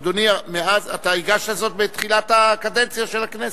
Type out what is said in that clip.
אדוני, אתה הגשת זאת בתחילת הקדנציה של הכנסת.